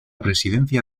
presidencia